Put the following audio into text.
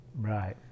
Right